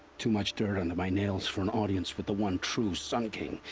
too much dirt under my nails for an audience with the one true sun king.